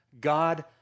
god